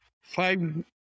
Five